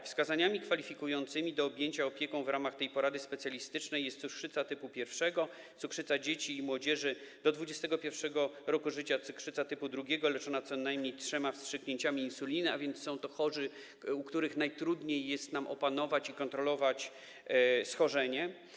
Wskazaniami kwalifikującymi do objęcia opieką w ramach tej porady specjalistycznej jest cukrzyca typu 1, cukrzyca dzieci i młodzieży do 21. roku życia, cukrzyca typu 2 leczona co najmniej trzema wstrzyknięciami insuliny, a więc są to chorzy, w przypadku których najtrudniej jest nam opanować i kontrolować schorzenie.